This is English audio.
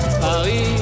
Paris